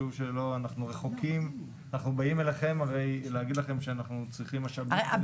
אנחנו באים אליכם להגיד לכם שאנחנו צריכים משאבים בשביל לממש את העבודה.